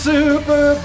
Super